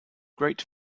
great